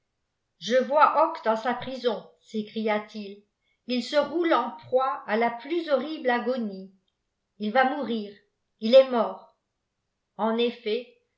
je vois hocque dans a prison s'écria-t-il il se roule en proie à la plus horrible agonie il va mourir il est mort i x en effet